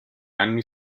anni